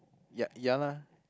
ya ya lah